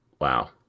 wow